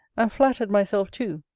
and flattered myself too,